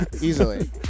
easily